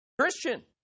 Christian